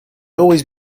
always